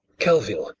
kelvil.